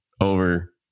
over